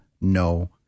No